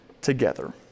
together